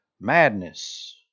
Madness